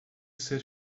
ser